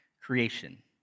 creation